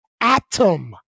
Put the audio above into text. Atom